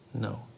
No